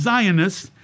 Zionists